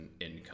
income